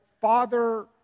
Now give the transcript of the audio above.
father